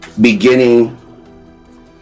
beginning